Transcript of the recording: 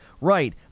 Right